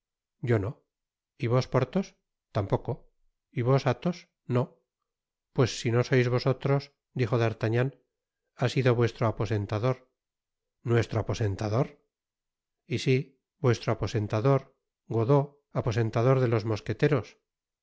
yo no y vos porthos tampoco y vos athos no pues si no sois vosotros dijo d'artagnan ha sido vuestro aposentador nuestro aposentador y sí vuestro aposentador godeau aposentador de los mosqueteros